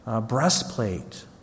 breastplate